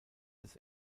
des